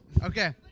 Okay